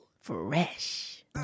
Fresh